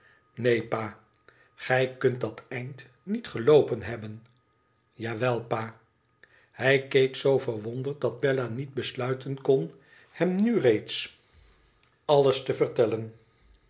neen pa gij kunt dat eind niet geloopen hebben ja wel pa hij keek zoo verwonderd dat bella niet besluiten kon hem nu reeds alles te vertellen